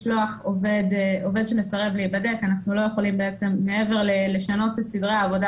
עובד שמסרב להיבדק אנחנו לא יכולים מעבר לשנות את סדרי העבודה